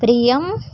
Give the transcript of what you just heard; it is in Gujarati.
પ્રિયમ